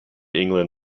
england